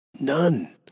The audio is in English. None